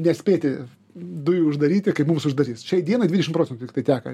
nespėti dujų uždaryti kaip mums uždarys šiai dienai dvidešim procentų tiktai teka